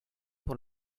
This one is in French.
pour